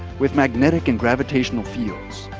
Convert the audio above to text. with magnetic and gravitational fields.